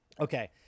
Okay